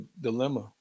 dilemma